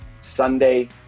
Sunday